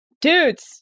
Dudes